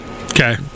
Okay